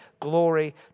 Glory